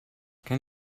can